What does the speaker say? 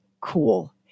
cool